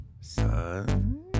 son